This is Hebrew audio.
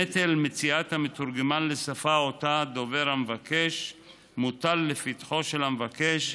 נטל מציאת המתורגמן לשפה שאותה הדובר מבקש מוטל לפתחו של המבקש,